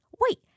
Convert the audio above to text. wait